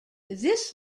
this